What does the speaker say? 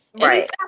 Right